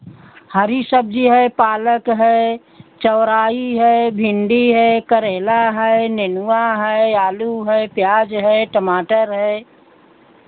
हरी सब्जी है पालक है चौराई है भिंडी है करेला है नेनुआ है आलू है प्याज है टमाटर है